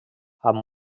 amb